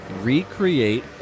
recreate